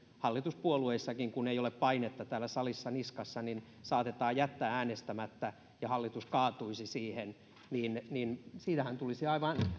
hallituspuolueissakin kun ei ole painetta täällä salissa niskassa saattaa jättää äänestämättä ja hallitus kaatuisi siihen siitähän tulisi aivan